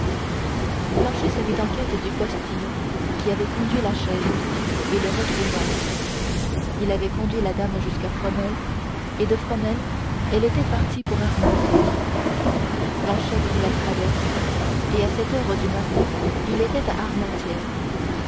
planchet se mit en quête du postillon qui avait conduit la chaise et le retrouva il avait conduit la dame jusqu'à fromelles et de fromelles elle était partie pour armentières planchet prit la traverse et à sept heures du matin il était à